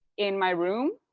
in my room,